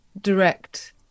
direct